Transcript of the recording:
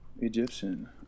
Egyptian